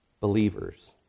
believers